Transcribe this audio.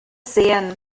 sähen